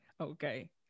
okay